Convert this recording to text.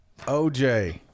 OJ